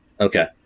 okay